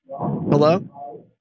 Hello